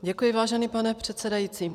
Děkuji, vážený pane předsedající.